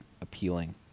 appealing